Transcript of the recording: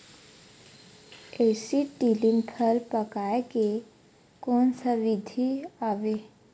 Acetylene फल पकाय के कोन सा विधि आवे?